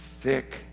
thick